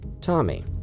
Tommy